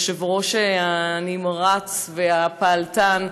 היושב-ראש הנמרץ והפעלתן,